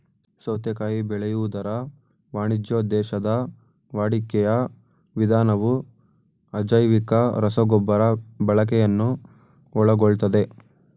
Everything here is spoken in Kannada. ಸೌತೆಕಾಯಿ ಬೆಳೆಯುವುದರ ವಾಣಿಜ್ಯೋದ್ದೇಶದ ವಾಡಿಕೆಯ ವಿಧಾನವು ಅಜೈವಿಕ ರಸಗೊಬ್ಬರ ಬಳಕೆಯನ್ನು ಒಳಗೊಳ್ತದೆ